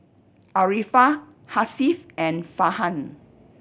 Arifa Hasif and Farhan